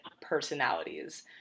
personalities